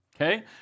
Okay